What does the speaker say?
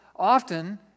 Often